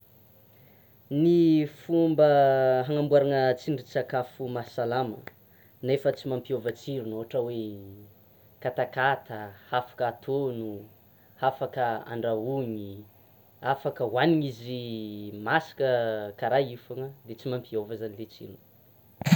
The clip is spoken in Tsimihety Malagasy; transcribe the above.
Ny fomba hanamboarana tsindrin-tsakafo mahasalama nefa tsy mampiova tsirony, ohatra hoe: katakata hafaka atono, hafaka andrahoiny, hafaka hoanina izy masaka karaha io foana, de tsy mampiova zany le tsirony.